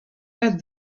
that